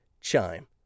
Chime